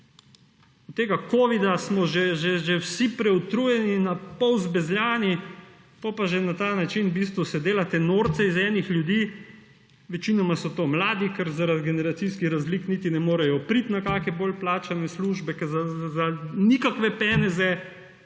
Od tega covida smo že vsi preutrujeni, napol zbezljani, potem se pa še na ta način v bistvu delate norca iz enih ljudi, večinoma so to mladi, ker zaradi generacijskih razlik niti ne morejo priti do kakšnih bolje plačanih služb. Za nikakve peneze delajo